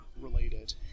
related